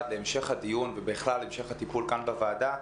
להמשך הדיון ובכלל להמשך הטיפול כאן בוועדה,